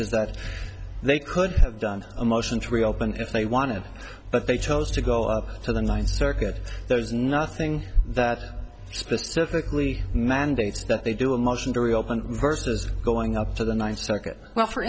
is that they could have done a motion to reopen if they wanted but they chose to go up to the ninth circuit there is nothing that specifically mandates that they do a motion to reopen versus going up to the ninth circuit well for